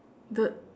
the